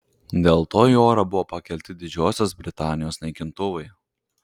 dėl to į orą buvo pakelti didžiosios britanijos naikintuvai